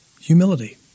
Humility